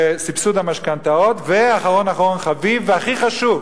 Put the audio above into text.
וסבסוד המשכנתאות, ואחרון אחרון חביב, והכי חשוב,